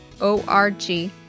ORG